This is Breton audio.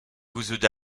gouzout